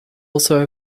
also